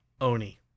Oni